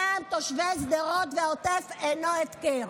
דם תושבי שדרות והעוטף אינו הפקר.